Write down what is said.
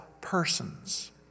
persons